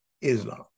Islam